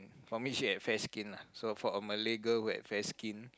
for me has fair skin lah so for a Malay girl who have fair skin